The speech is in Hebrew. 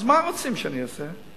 אז מה רוצים שאני אעשה?